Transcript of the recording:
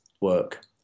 work